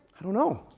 i don't know.